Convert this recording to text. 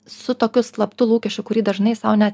su tokiu slaptu lūkesčiu kurį dažnai sau ne